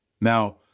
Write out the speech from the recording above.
Now